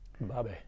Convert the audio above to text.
Bobby